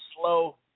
slow